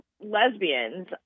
lesbians